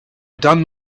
done